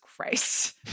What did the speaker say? Christ